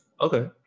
Okay